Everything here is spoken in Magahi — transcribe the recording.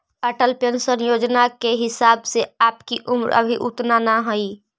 अटल पेंशन योजना के हिसाब से आपकी उम्र अभी उतना न हई